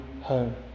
home